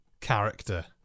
character